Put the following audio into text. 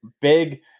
big